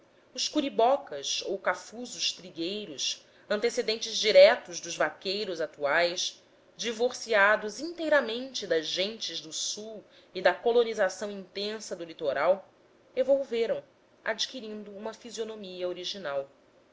os curibocas ou cafusos trigueiros antecedentes diretos dos vaqueiros atuais divorciados inteiramente das gentes do sul e da colonização intensa do litoral evolveram adquirindo uma fisionomia original